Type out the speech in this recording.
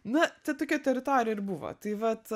nu tokia teritorija ir buvo tai vat